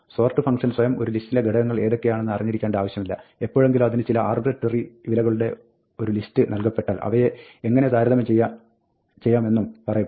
sort ഫംഗ്ഷന് സ്വയം ഒരു ലിസ്റ്റിലെ ഘടകങ്ങൾ ഏതൊക്കയാണെന്ന് അറിഞ്ഞിരിക്കേണ്ട ആവശ്യമില്ല എപ്പോഴെങ്കിലും അതിന് ചില ആർബിട്രറി വിലകളുടെ ഒരു ലിസ്റ്റ് നൽകപ്പെട്ടാൽ അവയെ എങ്ങിനെ താരതമ്യം ചെയ്യാമെന്നും പറയപ്പെടും